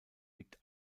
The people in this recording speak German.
liegt